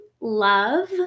love